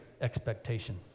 expectation